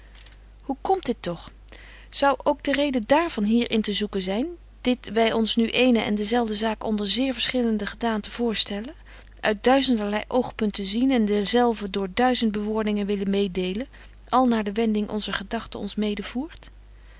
hoe komt dit toch zou ook de reden dàarvan hier in te zoeken zyn dit wy ons nu eene en dezelfde zaak onder zeer verschillende gedaanten voorstellen uit duizenderlei oogpunten zien en dezelve door duizend bewoordingen willen mededelen al naar de wending onzer gedagten ons